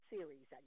series